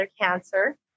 cancer